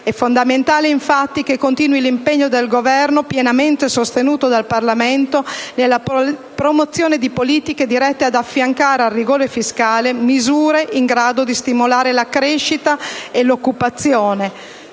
È fondamentale, infatti, che continui l'impegno del Governo, pienamente sostenuto dal Parlamento, nella promozione di politiche dirette ad affiancare, al rigore fiscale, misure in grado di stimolare la crescita e l'occupazione.